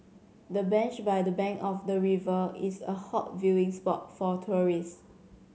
the bench by the bank of the river is a hot viewing spot for tourists